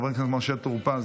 חבר הכנסת משה טור פז,